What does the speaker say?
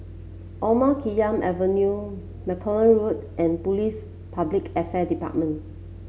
Omar Khayyam Avenue Malcolm Road and Police Public Affairs Department